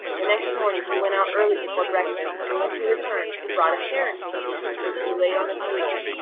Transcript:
the next morning he went out early before breakfast and when he returned, he brought a hare in his hand, which he laid on the table.